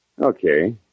Okay